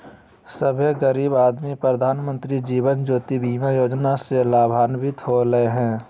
सभे गरीब आदमी प्रधानमंत्री जीवन ज्योति बीमा योजना से लाभान्वित होले हें